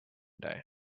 day